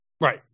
Right